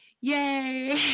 yay